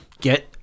get